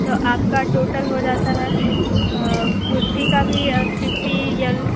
तो आपका टोटल हो जाता है कुर्ती का भी फिफ्टी एल